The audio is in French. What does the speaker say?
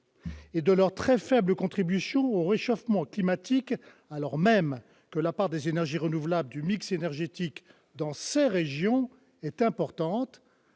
et de leur très faible contribution au réchauffement climatique, alors même que la part des énergies renouvelables du mix énergétique dans ces régions est importante.